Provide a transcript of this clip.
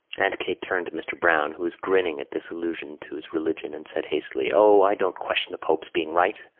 aunt kate turned to mr. browne, who was grinning at this allusion to his religion, and said hastily o, i don't question the pope's being right.